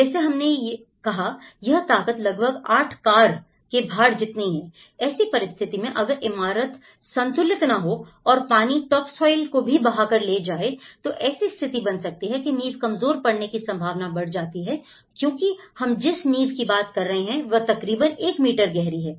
जैसे हमने कहा यह ताकत लगभग 8 कार के भार जितनी है ऐसी परिस्थिति में अगर इमारत संतुलित ना हो और पानी टॉप सोइल को भी बहा के ले जाए तो ऐसी स्थिति बन सकती है की नींव कमजोर पड़ने की संभावना बढ़ जाती है क्योंकि हम जिस नींव की बात कर रहे हैं वह तकरीबन 1 मीटर गहरी है